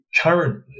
currently